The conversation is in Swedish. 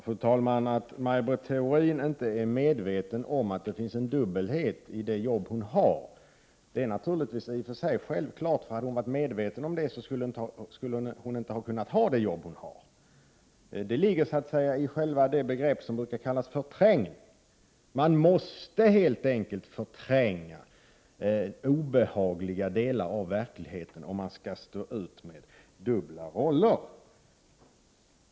Fru talman! Att Maj Britt Theorin inte är medveten om att det finns en dubbelhet i det jobb hon har är i och för sig självklart, för hade hon varit medveten om det skulle hon inte kunnat ha det jobb hon har. Det ligger så att säga i det begrepp som brukar kallas förträngning. Man måste helt enkelt förtränga obehagliga delar av verkligheten, om man skall stå ut med dubbla roller.